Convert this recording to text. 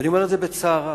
ואני אומר את זה בצער רב.